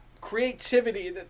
creativity